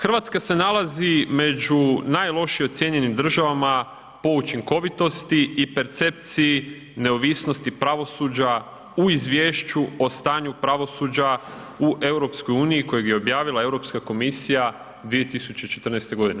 Hrvatska se nalazi među najlošije ocijenjenim državama po učinkovitosti i percepciji neovisnosti pravosuđa u Izvješću o stanju pravosuđa u EU kojeg je objavila EU komisija 2014. godine.